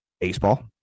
baseball